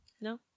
No